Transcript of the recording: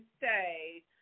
say